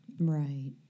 Right